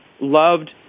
loved